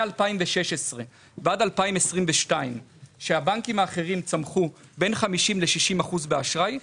מ-2016 ועד 2022 אז הבנקים האחרים צמחו בין 50 ל-60 אחוזים באשראי,